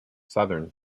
southern